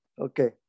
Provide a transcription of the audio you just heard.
Okay